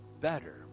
better